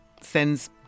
sends